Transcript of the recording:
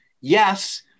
yes